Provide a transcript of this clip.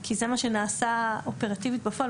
כי זה מה שנעשה אופרטיבית בפועל.